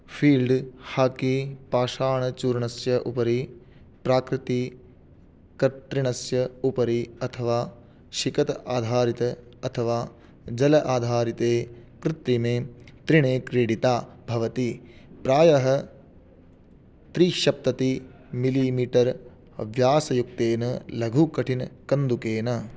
field हाकिङ्ग् पाषाणचूर्णस्य उपरि प्राकृतिकतृणस्य उपरि अथवा सिकताधारिते अथवा जलाधारिते कृत्रिमे तृणे क्रीडिता भवती प्रायः त्रिसप्ततिः मिलिमीटर् व्यासयुक्तेन लघुकठिनकन्दुकेन